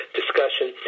discussion